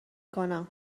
کنم